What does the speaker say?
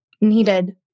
needed